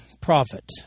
prophet